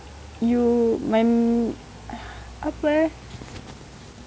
you my apa eh